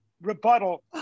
rebuttal